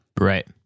Right